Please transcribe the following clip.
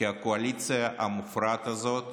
כי הקואליציה המופרעת הזאת,